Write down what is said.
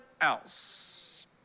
else